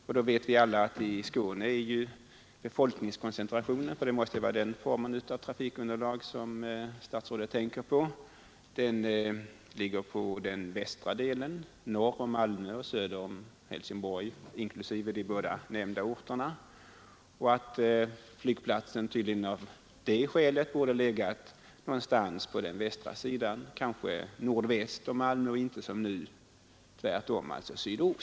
Vi vet alla att i Skåne finns befolkningskoncentrationen — det måste ju vara den formen av trafikunderlag som statsrådet tänker på — i den västra delen, norr om Malmö och söder om Helsingborg samt i dessa båda orter. Av det skälet borde väl flygplatsen ha legat någonstans på den västra sidan, kanske nordväst om Malmö och inte som nu tvärtom sydost om Malmö.